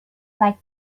like